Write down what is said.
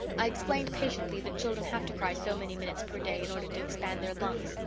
i explained patiently that children have to cry so many minutes per day in order to expand their lungs.